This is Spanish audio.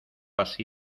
así